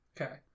Okay